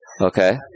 Okay